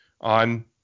on